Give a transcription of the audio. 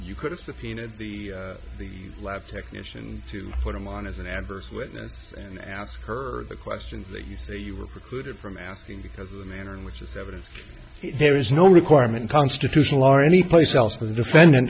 you could have subpoenaed the the lab technician to put him on as an adverse witness and ask her the question you say you were precluded from asking because of the manner in which is evidence there is no requirement constitutional or anyplace else for the defendant